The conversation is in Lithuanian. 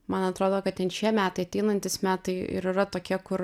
man atrodo kad ten šie metai ateinantys metai ir yra tokie kur